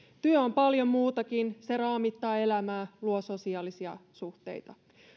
työ on paljon muutakin se raamittaa elämää luo sosiaalisia suhteita